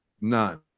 None